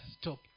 stop